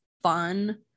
fun